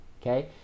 okay